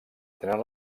tenen